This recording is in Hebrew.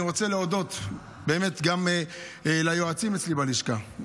אני באמת רוצה להודות גם ליועצים אצלי בלשכה,